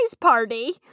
party